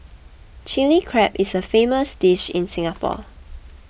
Chilli Crab is a famous dish in Singapore